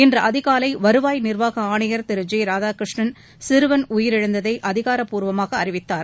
இன்று அதிகாலை வருவாய் நர்வாக ஆணையர் திரு ஜே ராதாகிருஷ்ணன் சிறுவன் உயிரிழந்ததை அதிகாரப்பூர்வமாக அறிவித்தார்